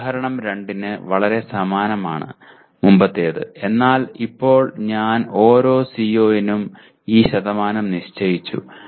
ഉദാഹരണം 2 ന് വളരെ സമാനമാണ് മുമ്പത്തേത് എന്നാൽ ഇപ്പോൾ ഞാൻ ഓരോ CO നും ഈ ശതമാനം നിശ്ചയിച്ചു